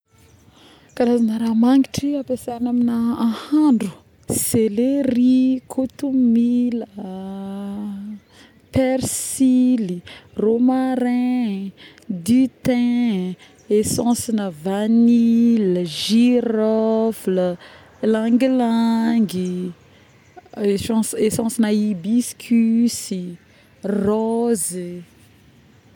karazagna raha magnitry atao ampiasagna amina ahandro, celerie, kôtômila,˂hesitation˃ persily, romarain, du thym, essece-na vanille, girofle, langilangy, essences essence-na hibiscusse, rozy